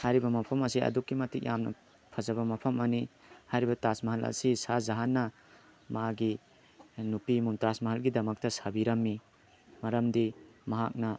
ꯍꯥꯏꯔꯤꯕ ꯃꯐꯝ ꯑꯁꯤ ꯑꯗꯨꯛꯀꯤ ꯃꯇꯤꯛ ꯌꯥꯝꯅ ꯐꯖꯕ ꯃꯐꯝ ꯑꯃꯅꯤ ꯍꯥꯏꯔꯤꯕ ꯇꯥꯖ ꯃꯍꯜ ꯑꯁꯤ ꯁꯍꯥ ꯖꯍꯥꯟꯅ ꯃꯥꯒꯤ ꯅꯨꯄꯤ ꯃꯨꯝꯇꯥꯖ ꯃꯍꯜꯒꯤꯗꯃꯛꯇ ꯁꯥꯕꯤꯔꯝꯃꯤ ꯃꯔꯝꯗꯤ ꯃꯍꯥꯛꯅ